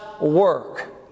work